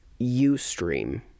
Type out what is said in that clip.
Ustream –